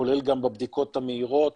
כולל גם בבדיקות המהירות,